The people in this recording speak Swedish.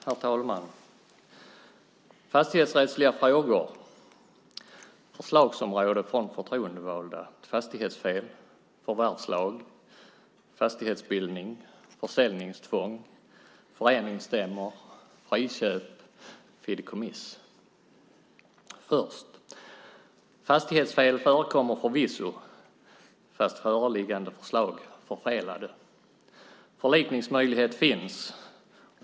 Herr talman! Fastighetsrättsliga frågor. Förslagsområde från förtroendevalda: fastighetsfel, förvärvslag, fastighetsbildning, försäljningstvång, föreningsstämmor, friköp, fideikommiss. Först: Fastighetsfel förekommer förvisso, fast föreliggande förslag förfelade. Förlikningsmöjlighet finns.